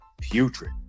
putrid